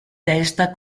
testa